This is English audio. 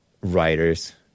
Writers